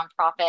nonprofit